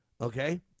Okay